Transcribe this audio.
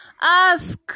Ask